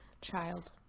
Child